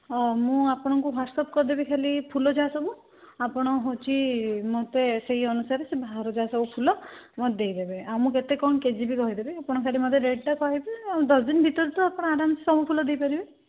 ହଁ ମୁଁ ଆପଣଙ୍କୁ ହ୍ୱାଟସ୍ଆପ୍ କରିଦେବି ଖାଲି ଫୁଲ ଯାହାସବୁ ଆପଣ ହେଉଛି ମୋତେ ସେଇ ଅନୁସାରେ ସେ ବାହାରୁ ଯାହା ସବୁ ଫୁଲ ମତେ ଦେଇଦେବେ ଆଉ ମୁଁ କେତେ କ'ଣ କେଜି ବି କହିଦେବେ ଆପଣ ଖାଲି ମତେ ରେଟ୍ଟା କହିବେ ଆଉ ଦଶଦିନ ଭିତରେ ତ ଆପଣ ଆରାମସେ ସବୁ ଫୁଲ ଦେଇପାରିବେ